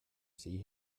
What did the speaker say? see